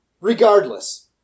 Regardless